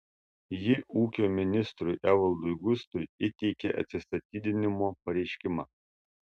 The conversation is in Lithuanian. ji ūkio ministrui evaldui gustui įteikė atsistatydinimo pareiškimą